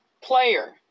player